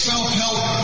self-help